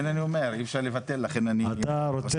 אני אומר, אי-אפשר לבטל, לכן אני --- לא רוצה